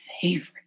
favorite